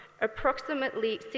approximately